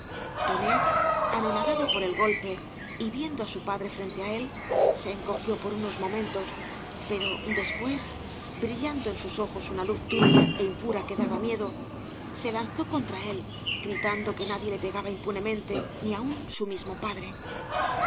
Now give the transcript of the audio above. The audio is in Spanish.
tonet anonadado por el golpe y viendo á su padre frente á él se encogió por unos momen tos pero después brillando en sus ojos una luz turbia é impura que daba miedo se lanzó contra él gritando que nadie le pegaba impunemente ni aun su mismo padre